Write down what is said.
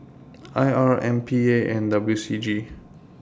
I R M P A and W C G